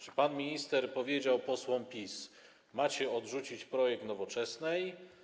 Czy pan minister powiedział posłom PiS: Macie odrzucić projekt Nowoczesnej?